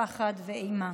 פחד ואימה.